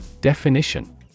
Definition